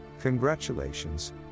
Congratulations